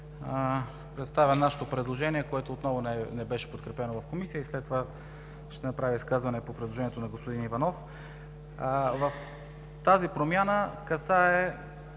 представя нашето предложение, което отново не беше подкрепено в Комисията и след това ще направя изказване по предложението на господин Иванов. Тази промяна касае